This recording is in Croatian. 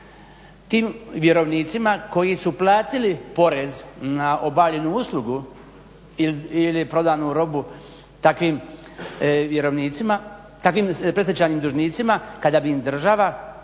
tim vjerovnicima koji su platili porez na obavljenu uslugu ili prodanu robu takvim predstečajnim dužnicima kada bi im država